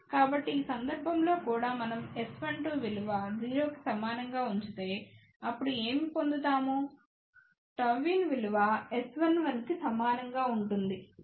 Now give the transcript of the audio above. కాబట్టి ఈ సందర్భంలో కూడా మనం S12 విలువ 0 కి సమానం గా ఉంచితే అప్పుడు ఏమి పొందుతాము Γin విలువ S11 కి సమానం గా ఉంటుంది